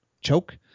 choke